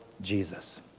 Jesus